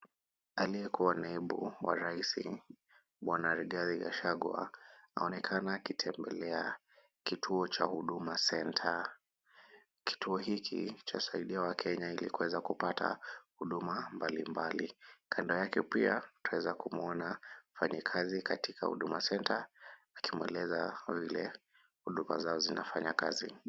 Aliyekuwa naibu wa rais Bwana Rigadhi Gachagwa, anaonekana akitembelea kituo cha Huduma Center, kituo hiki, chasaidia wakenya ili waweze kupata huduma mbalimbali. Kando yake pia twaweza kumwona mfanyakazi wa huduma centre alimweleza vile huduma zao zinavyofanya kazi.